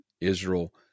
Israel